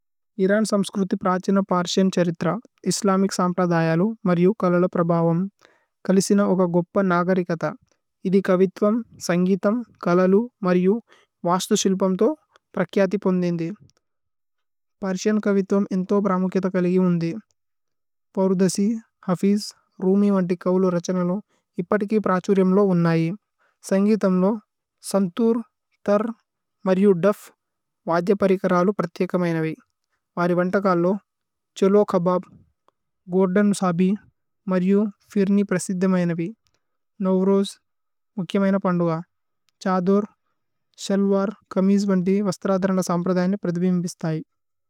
ഇരാണസമസകരരതി പരചിയന ചരിതര, ഇസലമികസാംപരധായലം മരിയം കലലപരഭാവം കലസിന ഒക ഗഊപപ നാഗരിക� നാഗരികതാ, ഇദി കവിതവം, സംഗിതമ, കലലം മരിയം വാസതം ശിലപമതഋ പരകിയാതി പഉനദിംദി। പരസിയന കവിതവം ഇനതഋ ബരാമകിതകലഗി ഉനദി। പവരദസി, ഹഫിജ, രംമി വനടി കവലം രചനലം ഇപടികി പരാചഉരിംദലം ഉനനാഈ। പവരദസി, സംഗിതമലം സംഗിതമലം സംഗിതമലം സംഗിതമലം സംഗിതമലം സംഗിതമലം സംഗിതമലം സംഗിതമലം